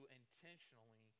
intentionally